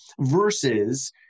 Versus